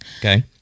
Okay